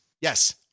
Yes